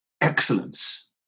excellence